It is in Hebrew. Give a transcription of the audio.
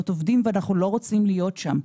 עובדים ואנחנו לא רוצים להיות שם.